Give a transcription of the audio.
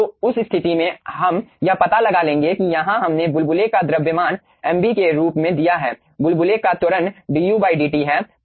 तो उस स्थिति में हम यह पता लगा लेंगे कि यहाँ हम ने बुलबुले का द्रव्यमान mb के रूप में दिया है बुलबुले का त्वरण du dt है